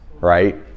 right